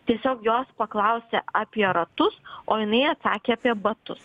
tiesiog jos paklausia apie ratus o jinai atsakė apie batus